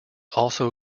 also